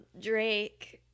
drake